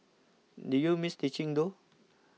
do you miss teaching though